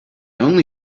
only